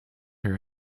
her